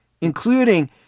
including